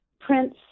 Prince